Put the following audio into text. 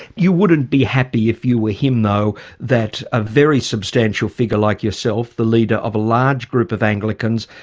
you wouldn't be happy if you were him though that a very substantial figure like yourself, the leader of a large group of anglicans,